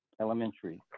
Elementary